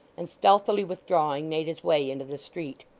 and stealthily withdrawing, made his way into the street.